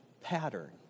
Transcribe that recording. pattern